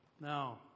Now